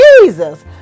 Jesus